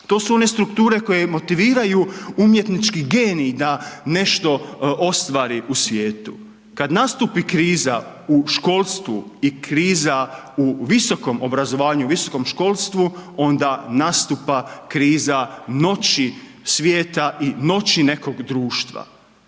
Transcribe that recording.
to su one strukture koje motiviraju umjetnički genij da nešto ostvari u svijetu. Kad nastupi kriza u školstvu i kriza u visokom obrazovanju, u visokom školstvu, onda nastupa kriza noći svijeta i noći nekog društva.